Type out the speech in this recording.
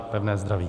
Pevné zdraví!